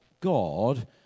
God